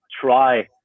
try